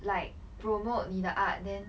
like promote 你的 art then